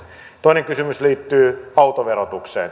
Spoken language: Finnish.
toinen kysymys liittyy autoverotukseen